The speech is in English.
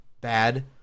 bad